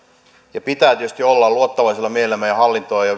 pitää tietysti olla luottavaisella mielellä meidän hallintomme ja